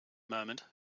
moment